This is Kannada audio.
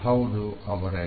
ಹೌದು ಅವರೇ